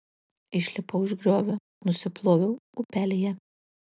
išlipau iš griovio nusiploviau upelyje